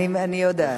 אני יודעת.